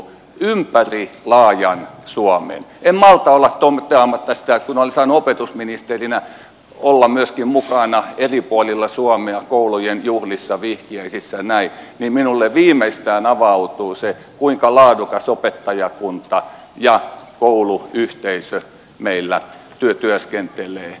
en malta olla toteamatta sitä että kun olen saanut opetusministerinä olla myöskin mukana eri puolilla suomea koulujen juhlissa vihkiäisissä ja näin niin minulle viimeistään avautui se kuinka laadukas opettajakunta ja kouluyhteisö meillä työskentelee